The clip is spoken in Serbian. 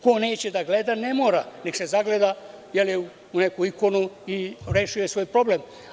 Ko neće da gleda, ne mora, nek se zagleda u neku ikonu i rešio je svoj problem.